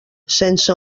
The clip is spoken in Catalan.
sense